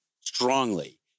strongly